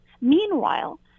Meanwhile